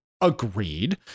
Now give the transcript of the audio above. agreed